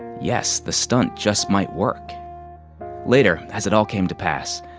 yes, the stunt just might work later as it all came to pass.